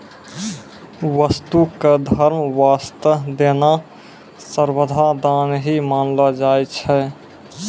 वस्तु क धर्म वास्तअ देना सर्वथा दान ही मानलो जाय छै